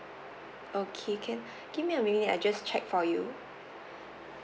okay can give me a minute I'll just check for you